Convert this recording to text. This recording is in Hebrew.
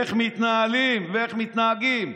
איך מתנהלים ואיך מתנהגים,